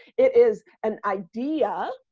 it is an idea